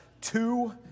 two